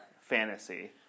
fantasy